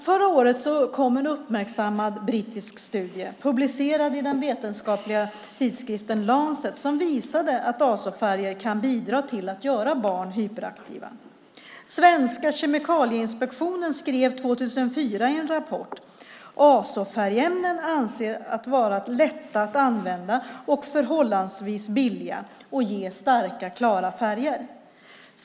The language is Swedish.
Förra året kom en uppmärksammad brittisk studie, publicerad i den vetenskapliga tidskriften The Lancet, som visade att azofärger kan bidra till att göra barn hyperaktiva. Svenska Kemikalieinspektionen skrev 2004 i en rapport: Azofärgämnen anses vara lätta att använda och förhållandevis billiga och ge starka, klara färger.